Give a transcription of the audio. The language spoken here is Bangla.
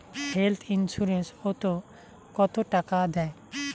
হেল্থ ইন্সুরেন্স ওত কত টাকা দেয়?